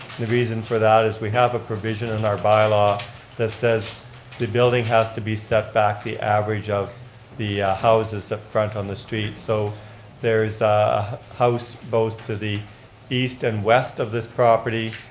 the reason for that is we have a provision in our by-law that says the building has to be set back the average of the houses that front on the street. so there is a house both to the east and west of this property,